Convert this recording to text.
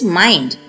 mind